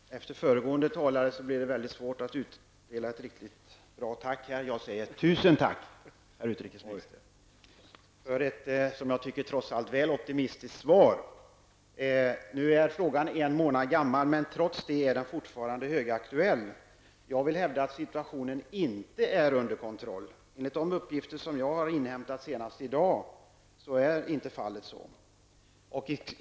Herr talman! Efter föregående talare blir det svårt att uttala ett riktigt bra tack -- jag säger tusen tack, herr utrikesminister för ett som jag trots allt tycker väl optimistiskt svar. Frågan är nu en månad gammal, men trots det är den fortfarande högaktuell. Jag vill hävda att situationen inte är under kontroll. Enligt de uppgifter jag senast i dag har inhämtat är så inte fallet.